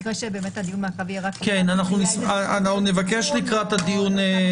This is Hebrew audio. במקרה שהדיון מעקב יהיה רק ב --- כן,